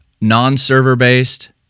non-server-based